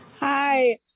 Hi